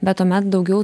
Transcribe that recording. bet tuomet daugiau